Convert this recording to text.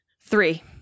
Three